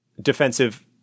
defensive